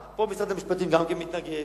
פה משרד המשפטים גם מתנגד,